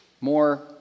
more